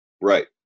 Right